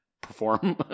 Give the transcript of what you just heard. perform